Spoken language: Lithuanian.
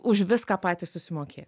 už viską patys susimokė